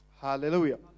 Hallelujah